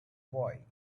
boy